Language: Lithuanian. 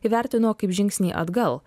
įvertino kaip žingsnį atgal